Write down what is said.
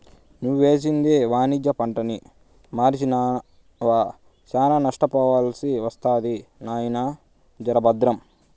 నువ్వేసింది వాణిజ్య పంటని మర్సినావా, శానా నష్టపోవాల్సి ఒస్తది నాయినా, జర బద్రం